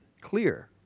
clear